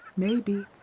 maybe.